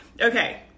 Okay